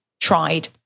tried